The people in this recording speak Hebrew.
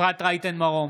אפרת רייטן מרום,